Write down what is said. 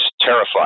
terrified